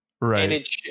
Right